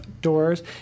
doors